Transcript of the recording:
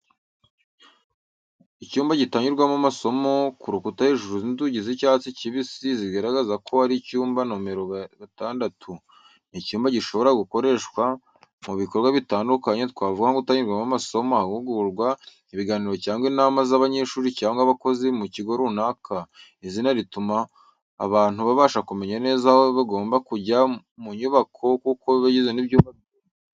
Icyumba gitangirwamo amasomo, ku rukuta hejuru y’inzugi z’icyatsi kibisi zigaragaza ko ari icyumba nomero gatandatu. Ni icyumba gishobora gukoreshwa mu bikorwa bitandukanye, twavuga nko gutangirwamo amasomo, amahugurwa, ibiganiro cyangwa inama z’abanyeshuri cyangwa abakozi mu kigo runaka. Izina rituma abantu babasha kumenya neza aho bagomba kujya mu nyubako kuko iba igizwe n’ibyumba byinshi.